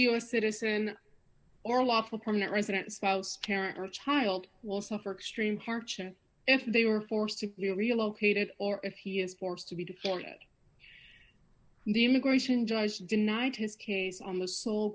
s citizen or lawful permanent resident spouse parent or child will suffer extreme hardship if they were forced to relocate it or if he is forced to be deported the immigration judge denied his case on the sole